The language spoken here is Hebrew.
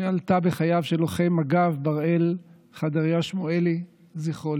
שעלתה בחייו של לוחם מג"ב בראל חדריה שמואלי ז"ל,